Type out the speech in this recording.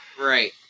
Right